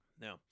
Now